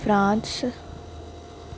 France